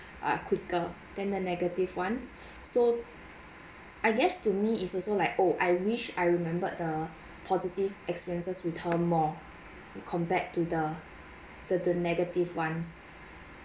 uh quicker than the negative ones so I guess to me it's also like oh I wish I remembered the positive experiences with her more compared to the the the negative ones